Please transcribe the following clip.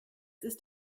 ist